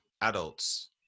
adults